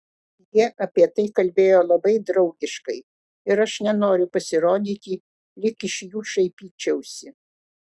jie apie tai kalbėjo labai draugiškai ir aš nenoriu pasirodyti lyg iš jų šaipyčiausi